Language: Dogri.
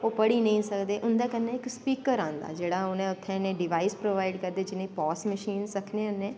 ओह् पढ़ी नेंई सकदे उंदैा कन्नै इक स्पीकर आंदा जेह्ड़ा उनैं उत्थैं डिवाईस प्रोवाईड़ करदे जिनें पोश मशीन आखने होन्ने